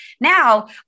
Now